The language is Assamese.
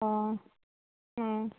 অঁ অঁ